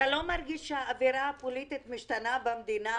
אתה לא מרגיש שהאווירה הפוליטית משתנה במדינה?